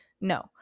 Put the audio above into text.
No